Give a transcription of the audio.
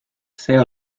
see